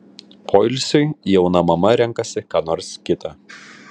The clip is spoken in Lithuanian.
poilsiui jauna mama renkasi ką nors kita